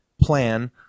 plan